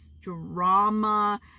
drama